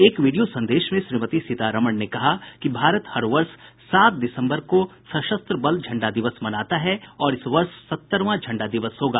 एक वीडियो संदेश में श्रीमती सीतारमण ने कहा कि भारत हर वर्ष सात दिसम्बर को सशस्त्र बल झंडा दिवस मनाता है और इस वर्ष सत्तरवां झंडा दिवस होगा